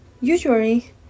Usually